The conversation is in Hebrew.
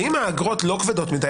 האם האגרות לא כבדות מדי?